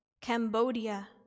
Cambodia